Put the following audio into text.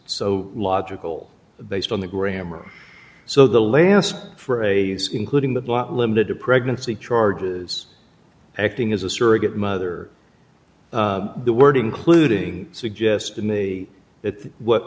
so logical based on the grammar so the last phrase including the block limited to pregnancy charges acting as a surrogate mother the word including suggests to me that what